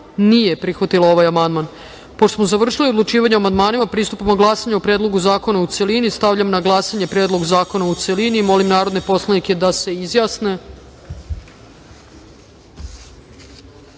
nije prihvatila ovaj amandman. Pošto smo završili odlučivanje o amandmanima, pristupamo glasanju o Predlogu zakona u celini. Stavljam na glasanje Predlog zakona u celini. Molim narodne poslanike da se